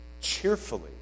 cheerfully